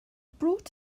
brought